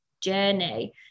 journey